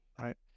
right